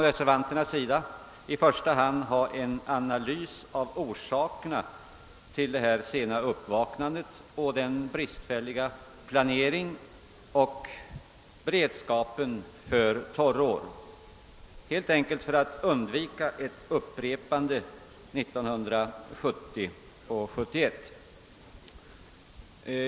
Reservanterna vill i första hand ha en analys av orsakerna till det sena uppvaknandet och den bristfälliga planeringen samt av beredskapen för torrår helt enkelt för att undvika ett upprepande 1970 och 1971.